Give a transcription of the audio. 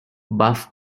buff